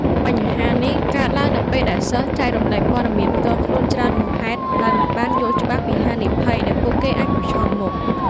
បញ្ហានេះកើតឡើងនៅពេលដែលសិស្ស ចែករំលែកព័ត៌មានផ្ទាល់ខ្លួនច្រើនហួសហេតុ ដោយមិនបានយល់ច្បាស់ពីហានិភ័យដែលពួកគេអាចប្រឈមមុខ។